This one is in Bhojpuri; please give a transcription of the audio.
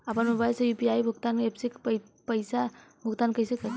आपन मोबाइल से यू.पी.आई भुगतान ऐपसे पईसा भुगतान कइसे करि?